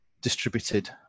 distributed